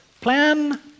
Plan